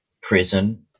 prison